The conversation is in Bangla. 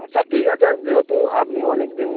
আচ্ছা ঠিক আছে যেহেতু আপনি অনেক দিন